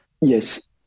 Yes